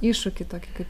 iššūkį tokį kaip